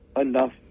enough